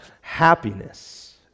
happiness